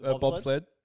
Bobsled